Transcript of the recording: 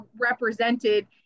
represented